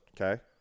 Okay